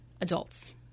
adults